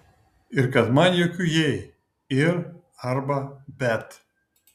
ir kad man jokių jei ir arba bet